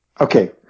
Okay